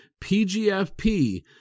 PGFP